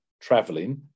traveling